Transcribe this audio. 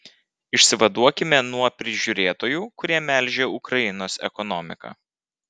išsivaduokime nuo prižiūrėtojų kurie melžia ukrainos ekonomiką